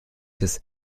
des